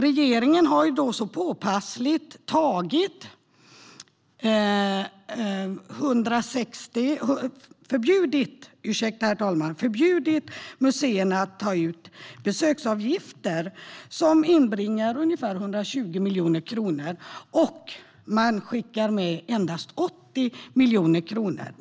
Regeringen har påpassligt förbjudit museerna att ta ut besöksavgifter, som inbringade ungefär 120 miljoner kronor, och skickar med endast 80 miljoner kronor.